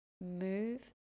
move